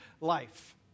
life